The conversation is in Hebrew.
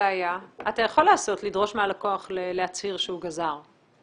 אתה יכול לדרוש מהלקוח להצהיר שהוא גזר.